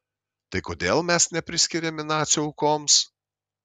tai kodėl mes nepriskiriami nacių aukoms